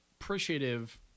appreciative